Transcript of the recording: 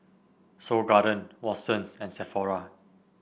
Seoul Garden Watsons and Sephora